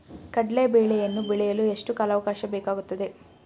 ಕಡ್ಲೆ ಬೇಳೆಯನ್ನು ಬೆಳೆಯಲು ಎಷ್ಟು ಕಾಲಾವಾಕಾಶ ಬೇಕಾಗುತ್ತದೆ?